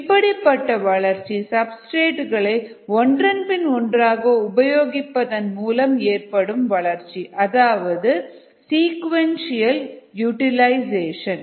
இப்படிப்பட்ட வளர்ச்சி சப்ஸ்டிரேட்களை ஒன்றன்பின் ஒன்றாக உபயோகிப்பதன் மூலம் ஏற்படும் வளர்ச்சி அதாவது சீகோவின்ஸ்யல் யூடில்ஐசேஷன்